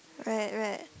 right right